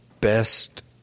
best